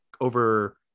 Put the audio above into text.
over